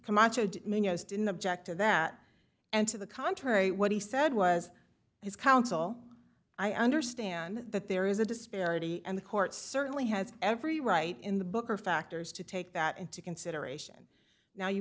camacho didn't object to that and to the contrary what he said was his counsel i understand that there is a disparity and the court certainly has every right in the book are factors to take that into consideration now you